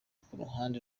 kuruhande